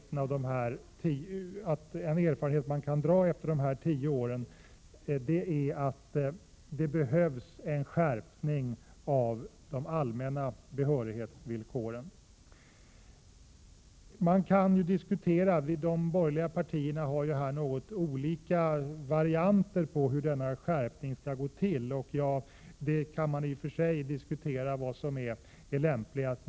En erfarenhet man kan dra efter de tio år som gått är att det behövs en skärpning av de allmänna behörighetsvillkoren. De borgerliga partierna har något olika varianter på förslag till hur denna skärpning skall gå till. Man kan i och för sig diskutera vad som är lämpligast.